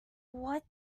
what